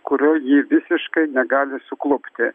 kurio ji visiškai negali suklupti